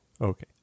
Okay